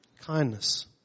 Kindness